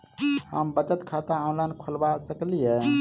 हम बचत खाता ऑनलाइन खोलबा सकलिये?